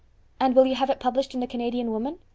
and will you have it published in the canadian woman?